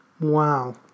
wow